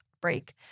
break